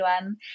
one